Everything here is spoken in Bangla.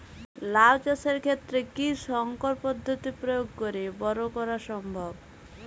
লাও চাষের ক্ষেত্রে কি সংকর পদ্ধতি প্রয়োগ করে বরো করা সম্ভব?